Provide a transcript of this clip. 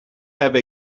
have